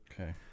Okay